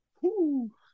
whoo